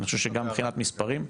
אני חושב שגם מבחינת מספרים,